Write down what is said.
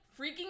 freaking